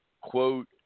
Quote